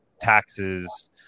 taxes